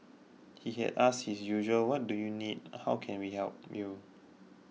he had asked his usual what do you need how can we help you